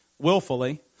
willfully